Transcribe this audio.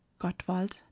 Gottwald